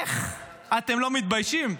איך אתם לא מתביישים?